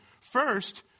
First